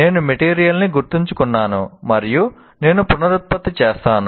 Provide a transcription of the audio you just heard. నేను మెటీరియల్ ని గుర్తుంచుకున్నాను మరియు నేను పునరుత్పత్తి చేస్తాను